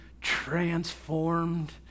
transformed